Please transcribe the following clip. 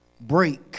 break